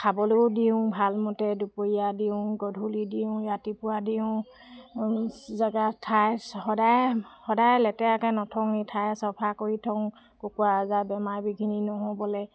খাবলেও দিওঁ ভাল মতে দুপৰীয়া দিওঁ গধূলি দিওঁ ৰতিপুৱা দিওঁ জেগা ঠাই সদায়ে সদায়ে লেতেৰাকৈ নথওঁৱে সদায়ে চফা কৰি থওঁ কুকুৰাৰ গাত বেমাৰ বিঘিনি নহ'বলৈ